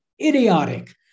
Idiotic